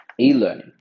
e-learning